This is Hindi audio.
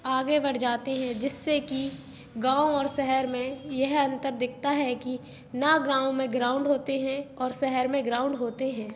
आगे बढ़ जाते हैं जिससे कि गाँव और शहर में यह अंतर दिखता है कि ना गाँव में ग्राउंड होते हैं और शहर में ग्राउंड होते हैं